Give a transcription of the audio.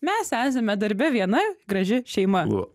mes esame darbe viena graži šeima